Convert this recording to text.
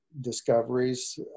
discoveries